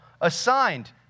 assigned